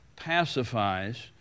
pacifies